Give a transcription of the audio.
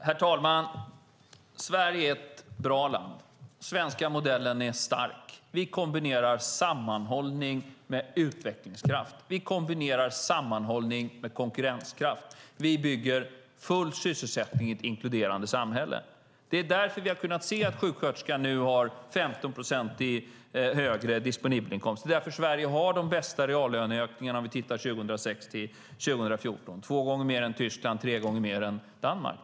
Herr talman! Sverige är ett bra land. Den svenska modellen är stark. Vi kombinerar sammanhållning med utvecklingskraft. Vi kombinerar sammanhållning med konkurrenskraft. Vi bygger full sysselsättning i ett inkluderande samhälle. Det är därför vi har kunnat se att sjuksköterskan nu har en 15 procent högre disponibel inkomst. Det är därför Sverige har de bästa reallöneökningarna under perioden 2006-2014. Det är två gånger högre än i Tyskland och tre gånger högre än i Danmark.